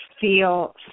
feel